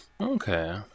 Okay